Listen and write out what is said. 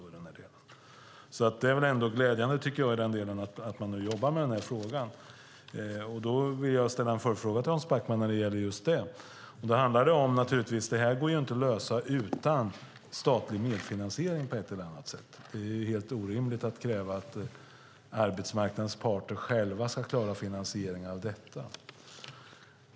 I den delen är det glädjande att man jobbar med frågan. Då vill jag ställa en följdfråga till Hans Backman när det gäller just det. Det handlar om att detta naturligtvis inte går att lösa utan statlig medfinansiering på ett eller annat sätt. Det är helt orimligt att kräva att arbetsmarknadens parter själva ska klara finansieringen av detta.